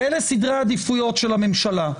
אלה סדרי העדיפויות של הממשלה.